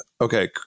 Okay